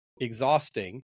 exhausting